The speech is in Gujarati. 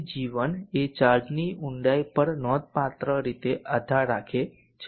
તેથી જીવન એ ચાર્જની ઊંડાઈ પર નોંધપાત્ર રીતે આધાર રાખે છે